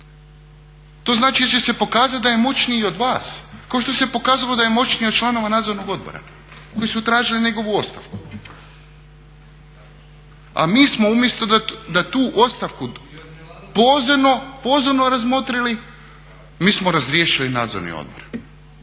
To znači da će se pokazati da je moćniji i od vas, kao što se pokazalo da je moćniji od članova Nadzornog odbora koji su tražili njegovu ostavku. A mi smo umjesto da tu ostavku pozorno razmotrili mi smo razriješili nadzorni odbor